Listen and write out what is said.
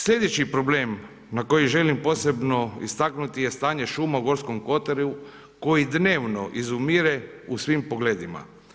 Sljedeći problem na koji želim posebno istaknuti je stanje šuma u Gorskom kotaru koji dnevno izumire u svim pogledima.